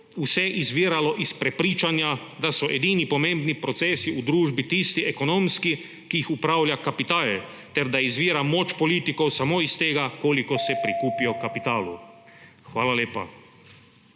vse izviralo iz prepričanja, da so edini pomembni procesi v družbi tisti ekonomski, ki jih upravlja kapital, ter da izvira moč politikov samo iz tega, koliko se prikupijo kapitalu. Hvala lepa.